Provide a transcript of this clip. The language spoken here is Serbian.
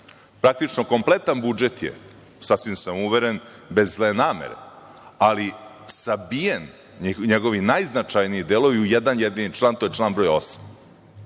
Praktično kompletan budžet je, sasvim sam uveren, bez zle namere, ali sabijen, njegovi najznačajniji delovi, u jedan jedini član, a to je član broj 8.